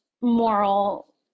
moral